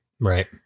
right